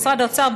משרד האוצר,